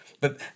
But-